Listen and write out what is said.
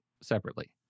separately